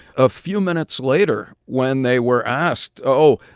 a few minutes later, when they were asked, oh,